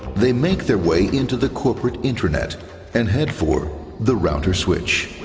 they make their way into the corporate internet and head for the router switch.